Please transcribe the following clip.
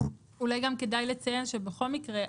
אולי כדאי לציין שבכל מקרה,